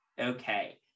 Okay